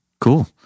Cool